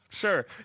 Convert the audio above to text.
sure